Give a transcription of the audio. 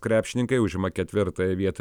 krepšininkai užima ketvirtąją vietą